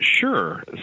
Sure